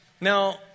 Now